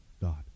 God